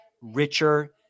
richer